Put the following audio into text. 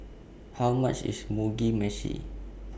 How much IS Mugi Meshi